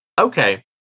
Okay